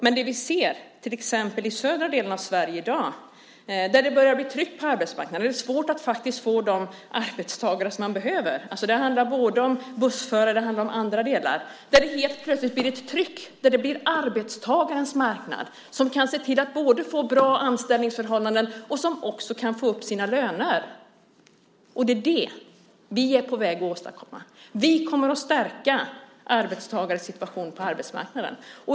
Men det vi ser till exempel i södra delen av Sverige i dag är att det börjar bli ett tryck på arbetsmarknaden. Det är faktiskt svårt att få de arbetstagare som man behöver. Det handlar om både bussförare och andra. Det blir helt plötsligt ett tryck. Det blir arbetstagarens marknad, där arbetstagarna kan se till att både få bra anställningsförhållanden och även få upp sina löner. Det är det vi är på väg att åstadkomma. Vi kommer att stärka arbetstagarnas situation på arbetsmarknaden.